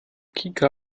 kika